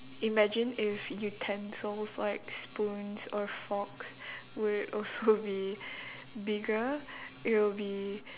imagine if utensils or like spoons or forks would also be bigger it will be